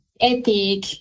ethic